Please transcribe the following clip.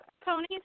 Ponies